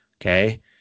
okay